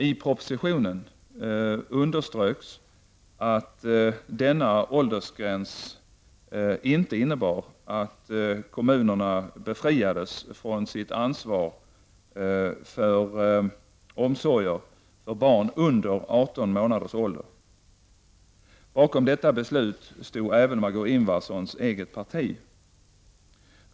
I propositionen underströks att denna åldersgräns inte innebar att kommunerna befriades från sitt ansvar för omsorger för barn under 18 månaders ålder. Bakom detta beslut stod även Margó Ingnvardssons eget parti.